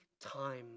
time